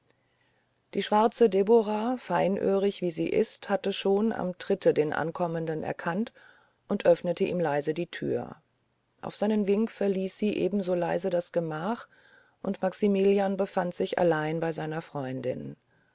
die schwarze debora feinöhrig wie sie ist hatte schon am tritte den ankommenden erkannt und öffnete ihm leise die türe auf seinen wink verließ sie ebenso leise das gemach und maximilian befand sich allein bei seiner freundin